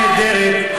אישה נהדרת,